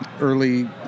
early